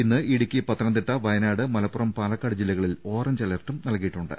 ഇന്ന് ഇടുക്കി പത്തനം തിട്ട വയനാട് മലപ്പുറം പാലക്കാട് ജില്ലകളിൽ ഓറഞ്ച് അലർട്ടും നൽകിയിട്ടുണ്ട്